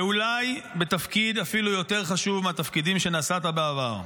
ואולי בתפקיד אפילו יותר חשוב מהתפקידים שנשאת בהם בעבר.